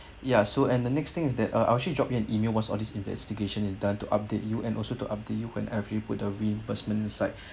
ya so and the next thing is that uh I will actually drop you an email what's all this investigation is done to update you and also to update you when I have put the reimbursement inside